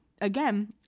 again